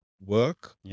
work